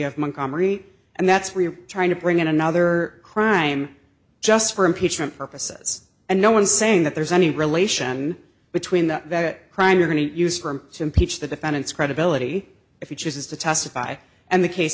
have man comrie and that's where you're trying to bring in another crime just for impeachment purposes and no one's saying that there's any relation between the crime or any use for him to impeach the defendant's credibility if he chooses to testify and the case